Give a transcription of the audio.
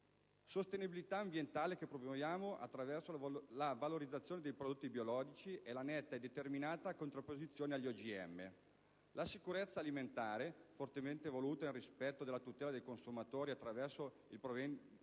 sostenibilità ambientale, che promuoviamo attraverso la valorizzazione dei prodotti biologici e la netta e determinata contrapposizione agli OGM. La sicurezza alimentare, fortemente voluta, nel rispetto della tutela dei consumatori, attraverso il provvedimento